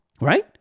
Right